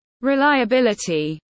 reliability